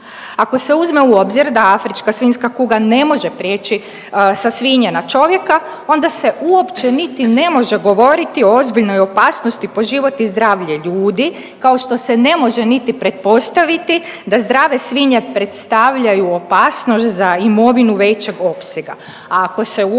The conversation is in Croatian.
Ako se uzme u obzir da afrička svinjska kuga ne može prijeći sa svinje na čovjeka, onda se uopće niti ne može govoriti o ozbiljnoj opasnosti po život i zdravlje ljudi, kao što se ne može niti pretpostaviti da zdrave svinje predstavljaju opasnost za imovinu većeg opsega,